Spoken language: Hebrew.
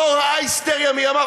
לא ראה היסטריה מימיו.